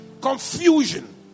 Confusion